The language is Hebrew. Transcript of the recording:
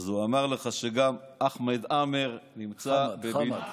אז הוא אמר לך שגם אחמד עאמר נמצא בבידוד.